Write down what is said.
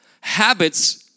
Habits